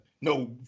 No